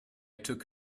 took